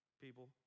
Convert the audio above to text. people